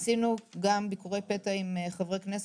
עשינו גם ביקורי פתע עם חברי כנסת,